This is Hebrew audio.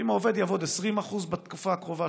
ואם העובד יעבוד 20% בתקופה הקרובה,